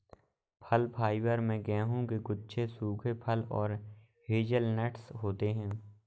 फल फाइबर में गेहूं के गुच्छे सूखे फल और हेज़लनट्स होते हैं